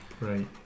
right